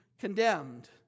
condemned